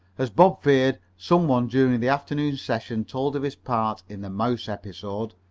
as bob feared, some one during the afternoon session told of his part in the mouse episode,